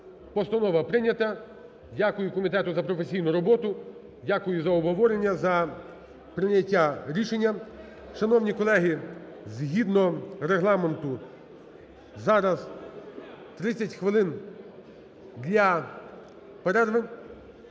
Постанова прийнята. Дякую комітету за професійну роботу. Дякую за обговорення, за прийняття рішення. Шановні колеги, згідно Регламенту зараз 30 хвили для перерви.